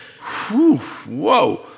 whoa